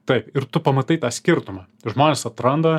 taip ir tu pamatai tą skirtumą žmonės atranda